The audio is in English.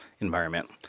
environment